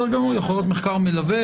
יכול להיות מחקר מלווה,